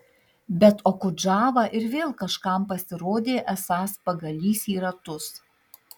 bet okudžava ir vėl kažkam pasirodė esąs pagalys į ratus